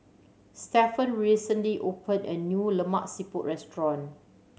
Stephen recently opened a new Lemak Siput restaurant